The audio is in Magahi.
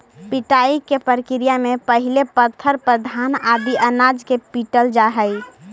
पिटाई के प्रक्रिया में पहिले पत्थर पर घान आदि अनाज के पीटल जा हइ